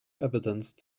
evidence